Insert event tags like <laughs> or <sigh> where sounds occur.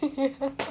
<laughs>